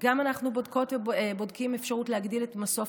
אנחנו גם בודקות ובודקים אפשרות להגדיל את מסוף